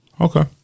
Okay